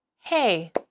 hey